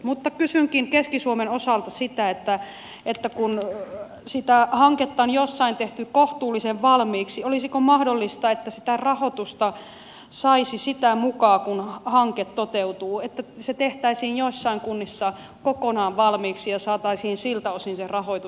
mutta kysynkin keski suomen osalta sitä kun hanketta on jossain tehty kohtuullisen valmiiksi olisiko mahdollista että sitä rahoitusta saisi sitä mukaa kuin hanke toteutuu että se tehtäisiin joissain kunnissa kokonaan valmiiksi ja saataisiin siltä osin se rahoitus